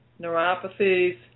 neuropathies